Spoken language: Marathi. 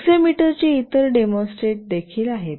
एक्सेलेरोमीटर चे इतर डेमोस्ट्रेट देखील आहेत